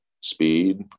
speed